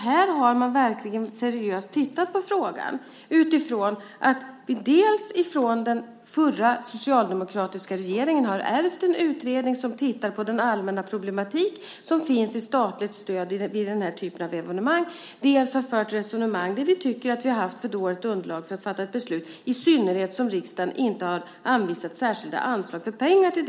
Här har man seriöst tittat på frågan utifrån att vi dels från den förra socialdemokratiska regeringen har ärvt en utredning som tittar på de allmänna problem som finns i fråga om statligt stöd vid den typen av evenemang, dels har fört resonemang där vi tycker att vi har haft ett för dåligt underlag för att fatta beslut - i synnerhet som riksdagen inte har anvisat särskilda anslag till det ändamålet.